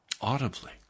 audibly